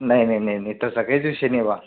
नाही नाही नाही नाही तसा काहीच विषय नाही बा